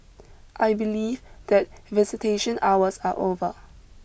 I believe that visitation hours are over